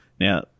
now